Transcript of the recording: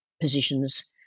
positions